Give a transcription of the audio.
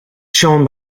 shown